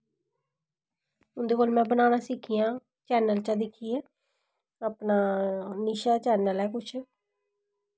इंदे कोल में बनाना सिक्खेआ चैनल चा दिक्खियै अपना निशा चैनल ऐ कुछ